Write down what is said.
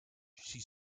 she